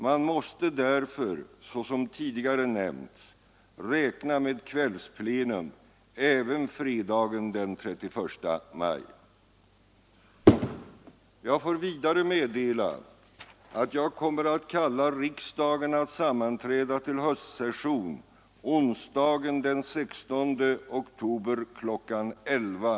Man måste därför — såsom tidigare nämnts — räkna med kvällsplenum även fredagen den 31 maj.